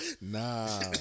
Nah